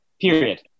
Period